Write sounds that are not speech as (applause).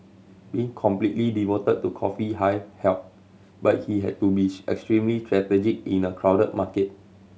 being completely devoted to Coffee Hive helped but he had to be (unintelligible) extremely strategic in a crowded market